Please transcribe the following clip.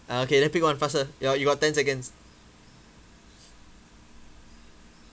uh okay then pick one faster you you got ten seconds